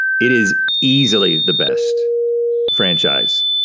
it is easily the best franchise,